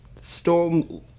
Storm